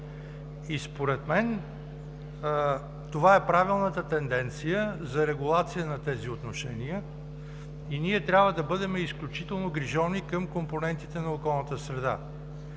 Според мен това е правилната тенденция за регулация на тези отношения и ние трябва да бъдем изключително грижовни към компонентите на околната среда.